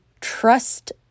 trust